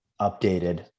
updated